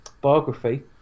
biography